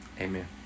Amen